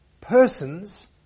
persons